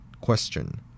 Question